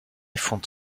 fonde